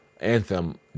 anthem